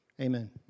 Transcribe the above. Amen